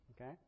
Okay